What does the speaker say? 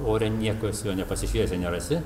ore nieko su juo nepasišviesi nerasi